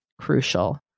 crucial